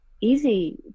easy